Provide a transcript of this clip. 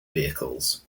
vehicles